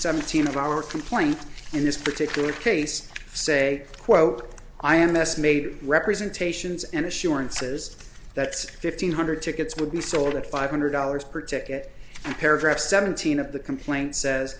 seventeen of our complaint in this particular case say quote i am aest made representations and assurances that fifteen hundred tickets would be sold at five hundred dollars per ticket and paragraph seventeen of the complaint says